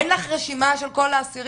אין לך רשימה של כל האסירים?